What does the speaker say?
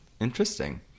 Interesting